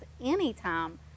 anytime